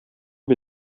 wir